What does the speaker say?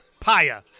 Paya